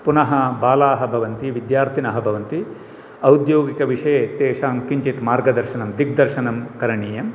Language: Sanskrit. पुनः बालाः भवन्ति विद्यार्थिनः भवन्ति औद्योगिकविषये तेषां किञ्चित् मार्गदर्शनं दिग्दर्शनं करणीयं